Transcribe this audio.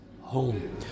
home